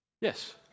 Yes